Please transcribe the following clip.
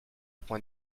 point